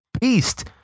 beast